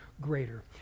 greater